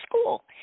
school